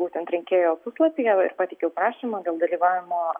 būtent rinkėjo puslapyje ir pateikiau prašymą dėl dalyvavimo